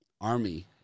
Army